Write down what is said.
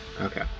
okay